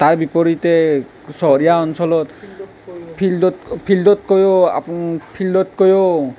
তাৰ বিপৰীতে চহৰীয়া অঞ্চলত ফিল্ডত ফিল্ডতকৈও ফিল্ডতকৈও